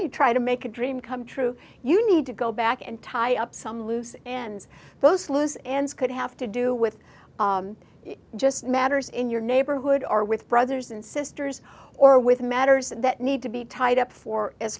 you try to make a dream come true you need to go back and tie up some loose ends those loose ends could have to do with just matters in your neighborhood or with brothers and sisters or with matters that need to be tied up for as